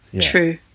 true